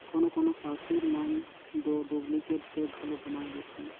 कोनो कोनो सातिर मन दो डुप्लीकेट चेक घलो बनाए लेथें